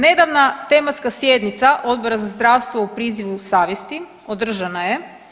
Nedavna tematska sjednica Odbora za zdravstvo o prizivu savjesti održana je.